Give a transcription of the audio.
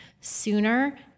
sooner